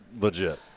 legit